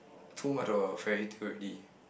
too much of a fairytale already